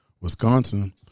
Wisconsin